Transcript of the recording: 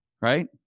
right